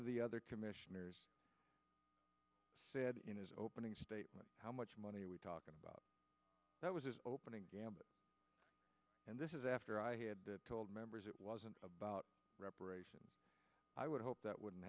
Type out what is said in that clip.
of the other commissioners said in his opening statement how much money are we talking about that was opening and this is after i had told members it wasn't about reparations i would hope that wouldn't